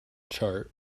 chart